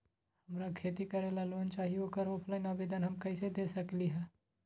हमरा खेती करेला लोन चाहि ओकर ऑफलाइन आवेदन हम कईसे दे सकलि ह?